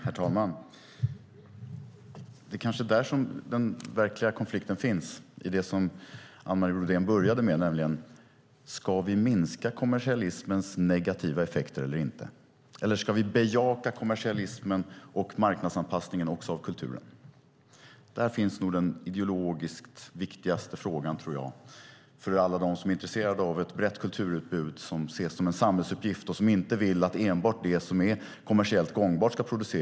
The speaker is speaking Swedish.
Herr talman! Det kanske är i det som Anne Marie Brodén började med som den verkliga konflikten finns. Ska vi minska kommersialismens negativa effekter eller inte? Eller ska vi bejaka kommersialismen och marknadsanpassningen också av kulturen? Där finns den ideologiskt viktigaste frågan för alla dem som är intresserade av ett brett kulturutbud och ser det som en samhällsuppgift och inte vill att enbart det som är kommersiellt gångbart ska produceras.